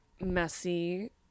messy